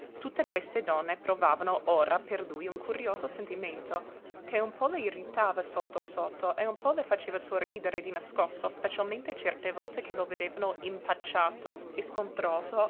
tutte queste donne provavano ora per lui un curioso sentimento che un po le irritava sotto sotto e un po le faceva sorridere di nascosto specialmente certe volte che lo vedevano impacciato e scontroso